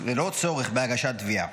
ללא צורך בהגשת תביעה,